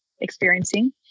experiencing